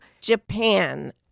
Japan